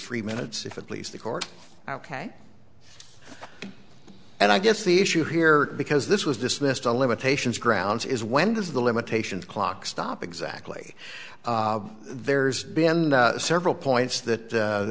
three minutes if it please the court ok and i guess the issue here because this was dismissed on limitations grounds is when does the limitations clock stop exactly there's been several points that